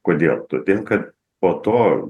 kodėl todėl ka po to